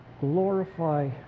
Glorify